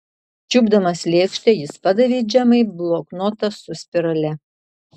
čiupdamas lėkštę jis padavė džemai bloknotą su spirale